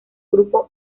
grupo